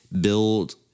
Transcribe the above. build